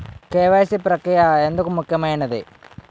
KYC ప్రక్రియ ఎందుకు ముఖ్యమైనది?